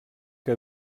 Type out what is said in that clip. que